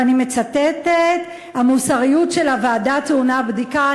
ואני מצטטת: המוסריות של הוועדה טעונה בדיקה,